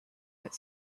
that